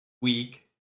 week